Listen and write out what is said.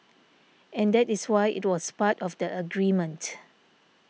and that is why it was part of the agreement